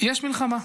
יש מלחמה,